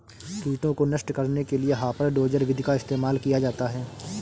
कीटों को नष्ट करने के लिए हापर डोजर विधि का इस्तेमाल किया जाता है